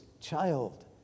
child